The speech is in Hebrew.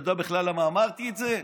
אתה יודע בכלל למה אמרתי את זה?